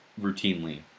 routinely